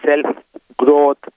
self-growth